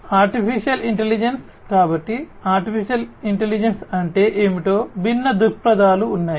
artificial intelligence కాబట్టి AI అంటే ఏమిటో భిన్న దృక్పథాలు ఉన్నాయి